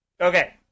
Okay